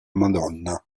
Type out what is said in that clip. madonna